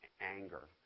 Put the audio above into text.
anger